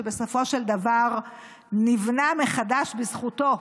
שבסופו של דבר נבנה מחדש בזכותו,